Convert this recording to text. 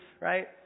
right